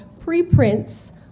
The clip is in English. preprints